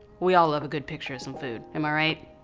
we all love a good picture of some food. am i right?